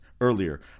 earlier